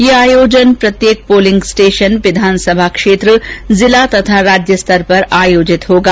यह आयोजन प्रत्येक पोलिंग स्टेषन विधानसभा क्षेत्र जिला तथा राज्य स्तर पर आयोजित होगा